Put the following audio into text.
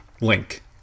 link